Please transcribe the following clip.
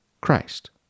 Christ